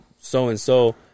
so-and-so